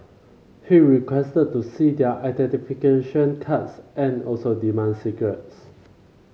he requested to see their identification cards and also demanded cigarettes